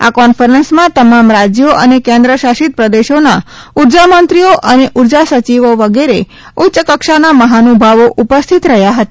આ કોન્ફરન્સમાં તમામ રાજ્યો અને કેન્દ્રશાસિત પ્રદેશોના ઉર્જામંત્રીઓ અને ઉર્જાસચિવો વગેરે ઉચ્ય કક્ષાના મહાનુભાવો ઉપસ્થિત રહ્યા હતા